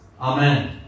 Amen